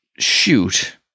Shoot